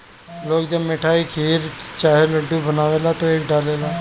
लोग जब मिठाई, खीर चाहे लड्डू बनावेला त एके डालेला